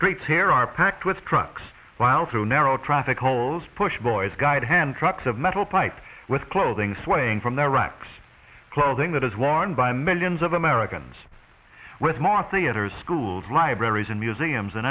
streets here are packed with trucks while through narrow traffic holes push boys guide hand trucks of metal pipe with clothing swaying from their racks clothing that is worn by millions of americans with more theaters schools libraries and museums